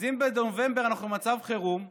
אז אם בנובמבר אנחנו במצב חירום,